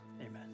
Amen